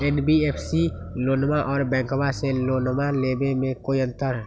NBFC से लोनमा आर बैंकबा से लोनमा ले बे में कोइ अंतर?